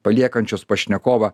paliekančios pašnekovą